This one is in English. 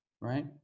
right